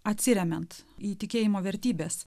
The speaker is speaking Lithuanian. atsiremiant į tikėjimo vertybes